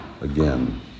again